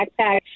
backpack